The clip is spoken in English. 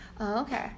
Okay